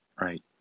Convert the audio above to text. right